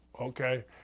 Okay